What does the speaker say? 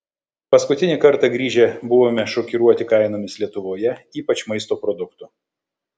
paskutinį kartą grįžę buvome šokiruoti kainomis lietuvoje ypač maisto produktų